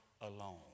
alone